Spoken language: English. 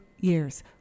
years